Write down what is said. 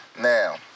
Now